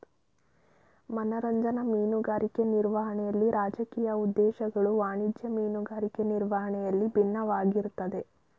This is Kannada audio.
ಮನರಂಜನಾ ಮೀನುಗಾರಿಕೆ ನಿರ್ವಹಣೆಲಿ ರಾಜಕೀಯ ಉದ್ದೇಶಗಳು ವಾಣಿಜ್ಯ ಮೀನುಗಾರಿಕೆ ನಿರ್ವಹಣೆಯಲ್ಲಿ ಬಿನ್ನವಾಗಿರ್ತದೆ